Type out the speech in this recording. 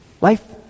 Life